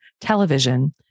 television